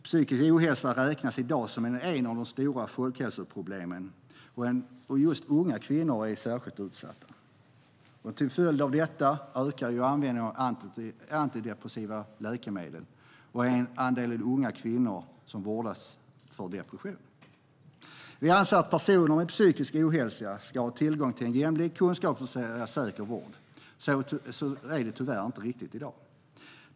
Psykisk ohälsa räknas i dag som ett av de stora folkhälsoproblemen, och just unga kvinnor är särskilt utsatta. Som en följd av detta ökar också användningen av antidepressiva läkemedel. Även andelen unga kvinnor som vårdas för depression ökar. Vi anser att personer med psykisk ohälsa ska ha tillgång till jämlik, kunskapsbaserad och säker vård. Så är det tyvärr inte riktigt i dag.